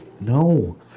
No